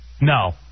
No